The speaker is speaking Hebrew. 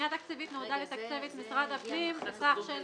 הפנייה התקציבית נועדה לתקצב את משרד הפנים בסך של